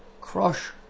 crush